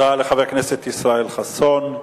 תודה לחבר הכנסת ישראל חסון.